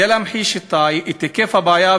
מגיש את הצעת האי-אמון,